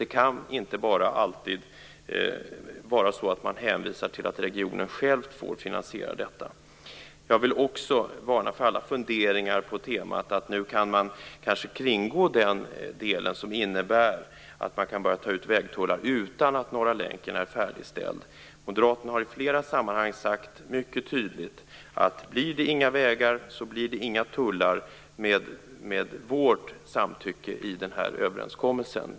Det kan inte vara så att man alltid bara hänvisar till att regionen själv får finansiera detta. Jag vill också varna för alla funderingar om att man nu kanske kan kringgå delen som innebär att man kan börja ta ut vägtullar utan att Norra länken är färdigställd. Moderaterna har i flera sammanhang sagt mycket tydligt att blir det inga vägar, blir det inga tullar med vårt samtycke i den här överenskommelsen.